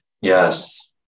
Yes